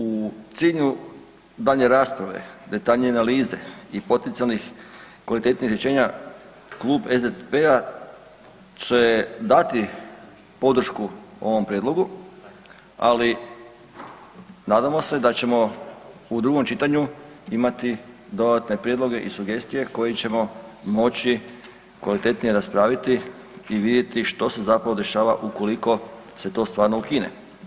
U cilju daljnje rasprave, detaljnije analize i potencijalnih kvalitetnijih rješenja, klub SDP-a će dati podršku ovom prijedlogu, ali nadamo se da ćemo u drugom čitanju imati dodatne prijedloge i sugestije koje ćemo moći kvalitetnije raspraviti i vidjeti što se dešava ukoliko se to stvarno ukine.